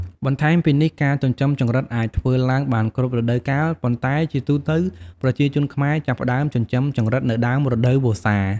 បន្ថែមពីនេះការចិញ្ចឹមចង្រិតអាចធ្វើឡើងបានគ្រប់រដូវកាល ប៉ុន្តែជាទូទៅ ប្រជាជនខ្មែរចាប់ផ្ដើមចិញ្ចឹមចង្រិតនៅ ដើមរដូវវស្សា។